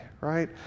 right